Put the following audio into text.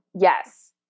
Yes